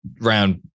round